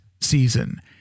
season